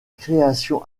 création